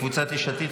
קבוצת יש עתיד,